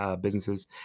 businesses